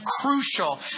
crucial